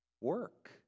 work